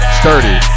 sturdy